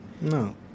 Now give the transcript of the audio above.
No